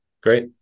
Great